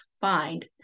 find